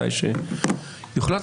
מתי שיוחלט,